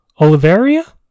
Oliveria